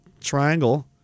triangle